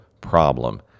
problem